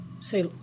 say